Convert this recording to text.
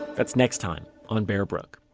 that's next time on bear brook